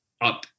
up